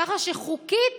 חוקית